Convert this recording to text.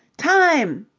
time!